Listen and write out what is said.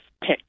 pick